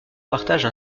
partagent